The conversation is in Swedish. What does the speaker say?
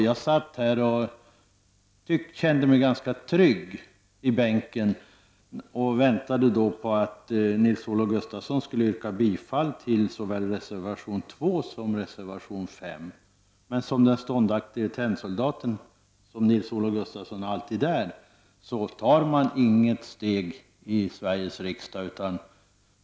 Jag satt här i min bänk och kände mig ganska trygg och väntade på att Nils Olof Gustafsson skulle yrka bifall till såväl reservation 2 som reservation 5. Men som den ståndaktige tennsoldaten, som ju Nils-Olof Gustafsson alltid är, tar han inget steg i Sveriges riksdag.